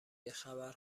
گهخبر